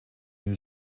new